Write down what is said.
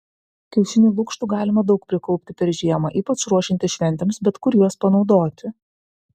kiaušinių lukštų galima daug prikaupti per žiemą ypač ruošiantis šventėms bet kur juos panaudoti